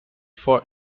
for